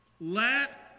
Let